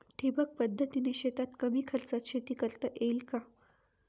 ठिबक पद्धतीने शेतात कमी खर्चात शेती करता येईल का?